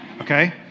Okay